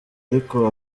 ariko